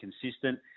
consistent